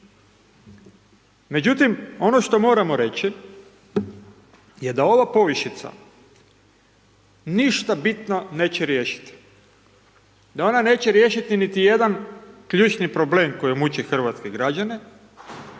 Međutim, ono što moramo reći je da ova povišica ništa bitno neće riješiti, da ona neće riješiti niti jedan ključni problem koji muči hrvatske građane